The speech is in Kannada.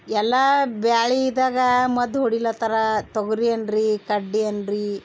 ಎಲ್ಲ ಬ್ಯಾಳಿದಾಗ ಮದ್ದು ಹೊಡಿಲತರ ತೊಗರಿ ಅನ್ನಿರಿ ಕಡ್ಲೆ ಅನ್ನಿರಿ